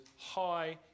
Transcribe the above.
high